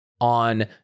on